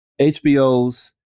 HBO's